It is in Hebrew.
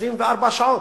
24 שעות,